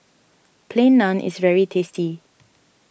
Plain Naan is very tasty